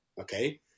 Okay